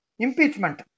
Impeachment